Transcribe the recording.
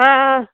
ꯑꯥ ꯑꯥ